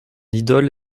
idole